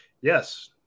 Yes